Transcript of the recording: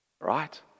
Right